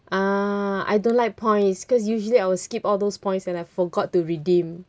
ah I don't like points because usually I will skip all those points and I forgot to redeem